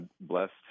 blessed